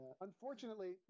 Unfortunately